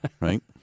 right